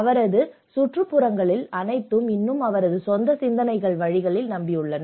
அவரது சுற்றுப்புறங்கள் அனைத்தும் இன்னும் அவரது சொந்த சிந்தனை வழிகளை நம்பியுள்ளன